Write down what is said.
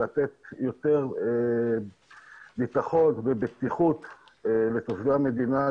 לתת יותר ביטחון ובטיחות לתושבי המדינה,